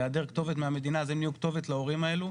בהיעדר הכתובת מהמדינה הם נהיו כתובת להורים הללו,